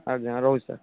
ଆଜ୍ଞା ରହୁଛି ସାର୍